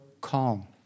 calm